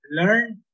learn